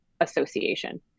association